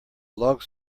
logs